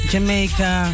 Jamaica